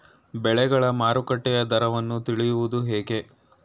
ಬೆಳೆಗಳ ಮಾರುಕಟ್ಟೆಯ ದರವನ್ನು ತಿಳಿಯುವುದು ಹೇಗೆ?